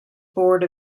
board